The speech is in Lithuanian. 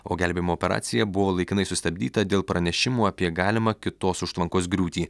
o gelbėjimo operacija buvo laikinai sustabdyta dėl pranešimų apie galimą kitos užtvankos griūtį